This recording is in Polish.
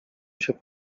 się